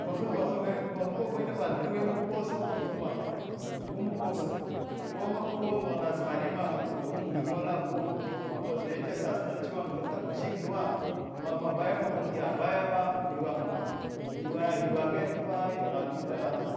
Ma halbe haiba ngama maka ina va thr we mapooil tap ga uvache gu maposil ko vagha na zmane magu ngamola gu maposil dayake sasinal ngj laftabah jigi luwa nama vaya mogligiya vaya ma gwan kam gwan na gwannye tapa nghat unda